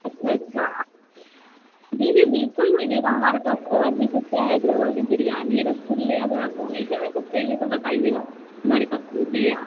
اچھا اچھا آپ جی جی بالکل ملے گا ہمارے پاس اور بھی کچھ ہے حیدرآبادی بریانی رَس گُلے اگر آپ کو میٹھے میں کچھ چاہیے تو بتائیے گا ہمارے پاس وہ بھی ہے